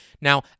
Now